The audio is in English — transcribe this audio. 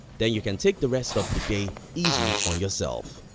then you can take the rest of the day easy on yourself.